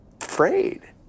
afraid